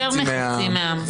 יותר מחצי מהעם.